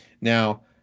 Now